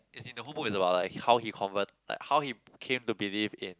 as in the whole book is about like how he convert like how he came to believe in